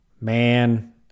man